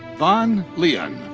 van lian.